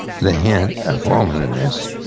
the hint of womanliness,